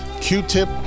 Q-tip